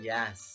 Yes